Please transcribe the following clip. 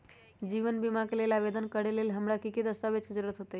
जीवन बीमा के लेल आवेदन करे लेल हमरा की की दस्तावेज के जरूरत होतई?